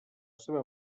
seva